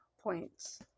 points